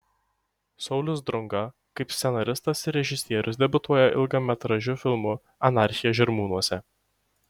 saulius drunga kaip scenaristas ir režisierius debiutuoja ilgametražiu filmu anarchija žirmūnuose